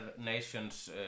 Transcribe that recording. nations